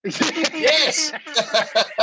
Yes